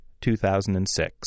2006